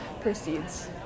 proceeds